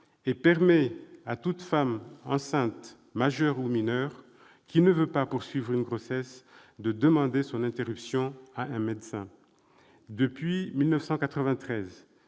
et permet à toute femme enceinte, majeure ou mineure, qui ne veut pas poursuivre une grossesse d'en demander l'interruption à un médecin. Depuis 1993,